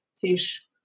fish